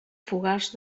fogars